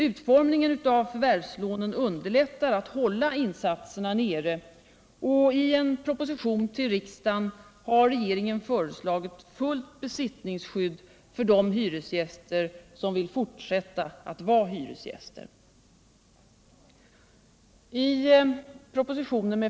Utformningen av förvärvslånen underlättar att hålla insatserna nere, och i en proposition till riksdagen har regeringen föreslagit fullt besittningsskydd för de hyresgäster som vill fortsätta att vara hyresgäster.